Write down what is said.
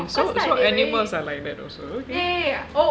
so so animals are like that also okay